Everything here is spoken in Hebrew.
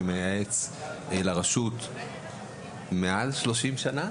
שמייעץ לרשות מעל 30 שנה.